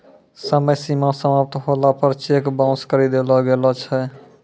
समय सीमा समाप्त होला पर चेक बाउंस करी देलो गेलो छै